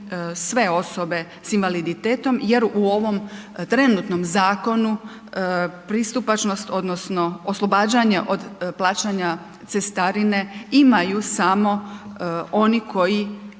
sve osobe sa invaliditetom jer u ovom trenutnom zakonu pristupačnost, odnosno oslobađanje od plaćanja cestarine imaju samo oni koji